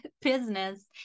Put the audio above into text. business